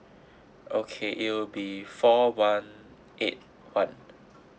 okay it will be four one eight one